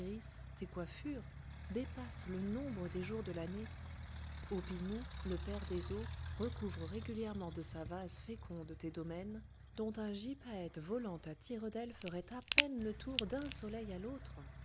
tes coiffures dépassent le nombre des jours de l'année hôpi mou le père des eaux recouvre régulièrement de sa vase féconde tes domaines dont un gypaète volant à tire-d'aile ferait à peine le tour d'un soleil à l'autre